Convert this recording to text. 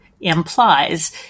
implies